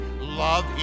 Love